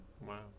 Wow